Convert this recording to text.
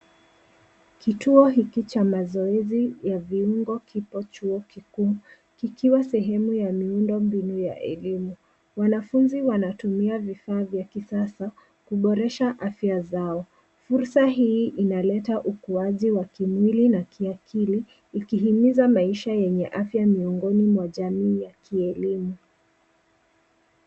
Kituo hiki cha mazoezi ya viungo kipo chuo kikuu, kikiwa sehemu ya miundombinu ya elimu. Wanafunzi wanatumia vifaa vya kisasa kuboresha afya zao. Fursa hii inaleta ukuaji wa kimwili na kiakili, ikihimiza maisha yenye afya miongoni mwa jamii ya kielimu.